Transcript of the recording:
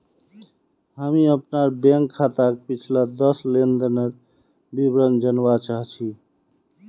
हामी अपनार बैंक खाताक पिछला दस लेनदनेर विवरण जनवा चाह छि